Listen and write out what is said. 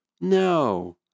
No